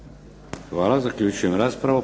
Hvala. Zaključujem raspravu.